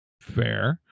Fair